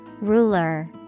Ruler